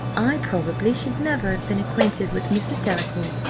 i probably should never have been acquainted with mrs. delacour,